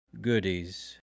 goodies